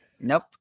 Nope